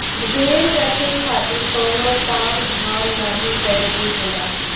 भेड़ रखे खातिर कउनो ताम झाम नाहीं करे के होला